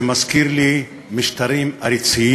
זה מזכיר לי משטרים עריצים